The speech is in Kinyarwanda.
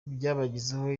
byabagizeho